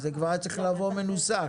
זה כבר היה צריך לבוא מנוסח.